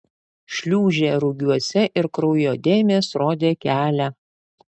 šliūžė rugiuose ir kraujo dėmės rodė kelią